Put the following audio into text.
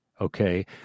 okay